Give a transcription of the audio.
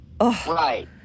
right